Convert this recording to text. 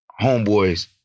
homeboys